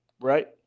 right